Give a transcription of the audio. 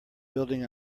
building